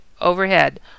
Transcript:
overhead